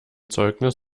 zeugnis